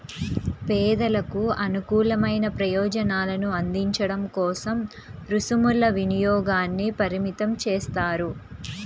పేదలకు అనుకూలమైన ప్రయోజనాలను అందించడం కోసం రుసుముల వినియోగాన్ని పరిమితం చేస్తారు